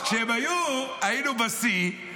אז כשהם היו היינו בשיא,